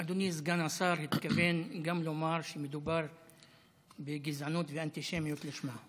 אדוני סגן השר התכוון גם לומר שמדובר בגזענות ואנטישמיות לשמה.